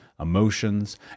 emotions